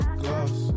glass